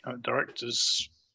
director's